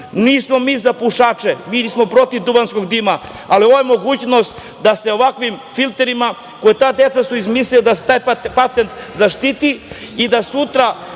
Nismo mi za pušače, mi smo protiv pušačkog dima, ali ovo je mogućnost da se ovakvim filterima, koje su ta deca izmislila, da se taj patent zaštiti da sutra